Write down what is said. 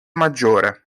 maggiore